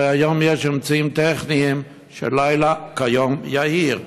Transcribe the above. הרי היום יש אמצעים טכניים ש"לילה כיום יאיר",